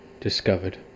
discovered